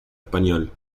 español